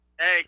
Hey